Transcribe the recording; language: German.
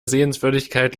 sehenswürdigkeit